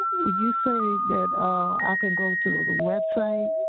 you say that i could go to the web site.